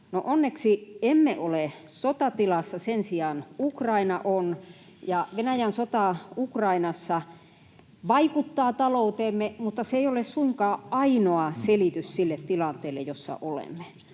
onneksi emme ole sotatilassa, sen sijaan Ukraina on. Venäjän sota Ukrainassa vaikuttaa talouteemme, mutta se ei ole suinkaan ainoa selitys sille tilanteelle, jossa olemme.